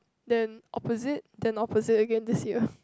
then opposite then opposite again this year